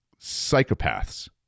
psychopaths